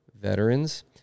veterans